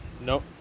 Nope